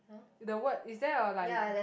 the word is there a like